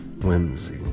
Whimsy